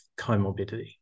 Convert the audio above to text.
comorbidity